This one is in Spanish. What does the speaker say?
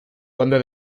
conde